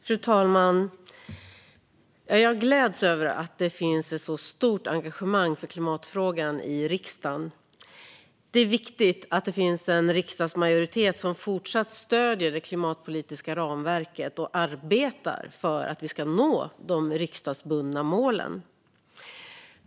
Fru talman! Jag gläds över att det finns ett så stort engagemang för klimatfrågan i riksdagen. Det är viktigt att det finns en riksdagsmajoritet som fortsätter att stödja det klimatpolitiska ramverket och arbetar för att vi ska nå de riksdagsbundna målen.